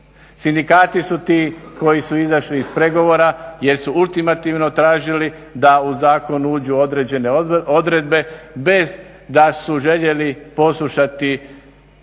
Sindikati su ti koji su izašli iz pregovora jer su ultimativno tražili da u zakon uđu određene odredbe bez da su željeli poslušati razgovore,